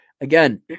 Again